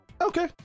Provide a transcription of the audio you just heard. okay